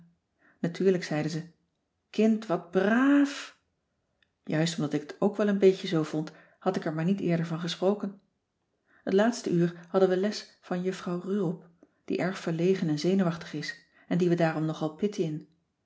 natuurlijk zeiden ze kind wat braàaàf juist omdat ik het ook wel een beetje zoo vond had ik er maar niet eerder van gesproken t laatste uur hadden we les van juffrouw rurop die erg verlegen en zenuwachtig is en die we daarom nogal pittiën